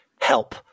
help